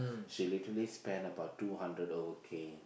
she literally spend about two hundred over K